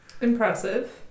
Impressive